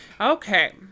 Okay